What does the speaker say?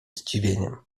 zdziwieniem